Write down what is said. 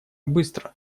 быстро